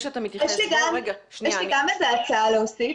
יש לי גם הצעה להוסיף.